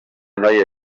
noia